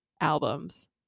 albums